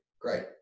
great